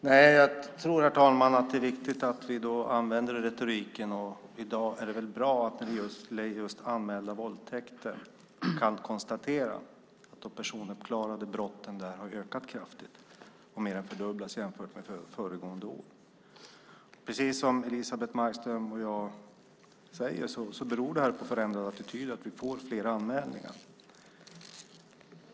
Herr talman! Jag tror att det är viktigt att vi använder retoriken, och i dag är det väl bra att vi kan konstatera att de personuppklarade brotten när det gäller just anmälda våldtäkter har ökat kraftigt och mer än fördubblats jämfört med föregående år. Precis som Elisebeht Markström och jag säger beror det här, att vi får fler anmälningar, på förändrade attityder.